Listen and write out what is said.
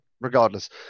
regardless